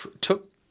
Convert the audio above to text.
took